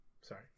sorry